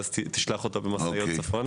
כדי שלא תצטרך לשלוח אותו במשאיות צפונה.